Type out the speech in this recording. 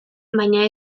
baina